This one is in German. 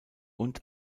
und